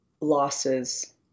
losses